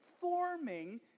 forming